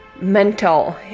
mental